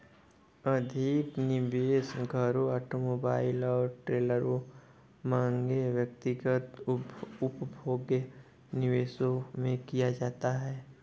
अधिक निवेश घरों ऑटोमोबाइल और ट्रेलरों महंगे व्यक्तिगत उपभोग्य निवेशों में किया जाता है